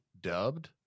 dubbed